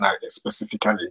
specifically